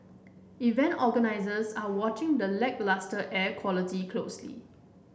event organisers are watching the lacklustre air quality closely